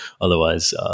Otherwise